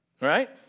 Right